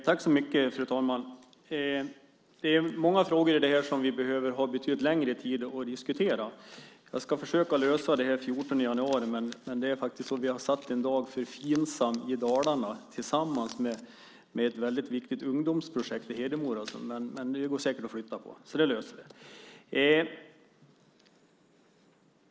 Fru talman! Det är många frågor i det här som vi behöver ha betydligt längre tid för att diskutera. Jag ska försöka lösa det här med den 14 januari. Vi har faktiskt satt av en dag för Finsam i Dalarna tillsammans med ett viktigt ungdomsprojekt i Hedemora, men det går säkert att flytta på. Det löser vi!